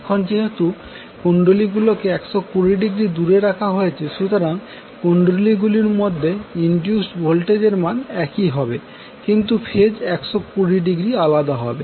এখন যেহেতু কুণ্ডলী গুলোকে 120০ দূরে রাখা হয়েছে সুতরাং এই কুন্ডলীর মধ্যে ইনডিউসড ভোল্টেজ এর মান একই হবে কিন্তু ফেজ 120০ আলাদা হবে